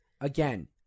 again